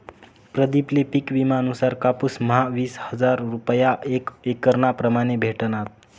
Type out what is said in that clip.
प्रदीप ले पिक विमा नुसार कापुस म्हा वीस हजार रूपया एक एकरना प्रमाणे भेटनात